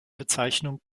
bezeichnung